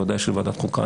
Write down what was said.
ודאי של ועדת החוקה.